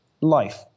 life